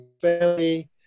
family